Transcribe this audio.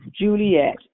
Juliet